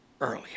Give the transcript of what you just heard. earlier